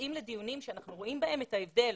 נושאים לדיונים שאנחנו רואים בהם את ההבדל.